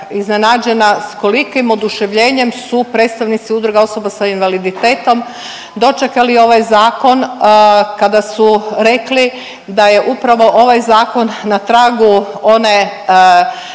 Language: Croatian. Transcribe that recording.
iznenađena s kolikim oduševljenjem su predstavnici udruga osoba sa invaliditetom dočekali ovaj zakon kada su rekli da je upravo ovaj zakon na tragu one